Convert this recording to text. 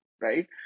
right